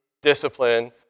discipline